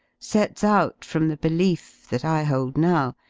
sets out from the belief, that i hold now,